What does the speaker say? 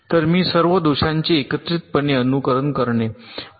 तर मी असो सर्व दोषांचे एकत्रितपणे अनुकरण करणे